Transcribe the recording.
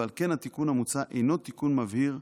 ועל כן התיקון המוצע אינו תיקון מבהיר,